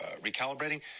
recalibrating